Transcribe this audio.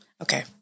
Okay